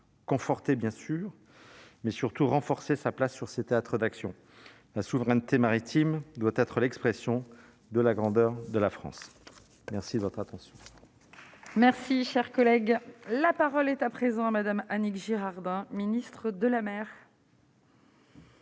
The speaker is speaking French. conforter bien sûr mais surtout renforcer sa place sur cette introduction la souveraineté maritime doit être l'expression de la grandeur de la France, merci de votre attention. Merci, cher collègue, la parole est à présent à Madame Annick Girardin, ministre de la mer.